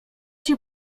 się